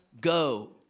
go